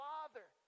Father